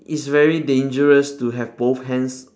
it's very dangerous to have both hands